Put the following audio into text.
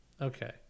okay